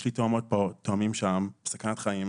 יש לי תאומות פה, תאומים בסכנת חיים,